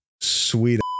sweet